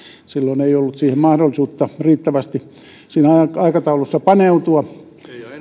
silloin ei ollut siihen mahdollisuutta riittävästi siinä aikataulussa paneutua